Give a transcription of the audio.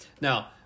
Now